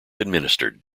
administered